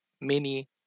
mini